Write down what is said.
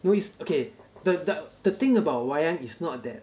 no it's okay the the thing about wayang is not that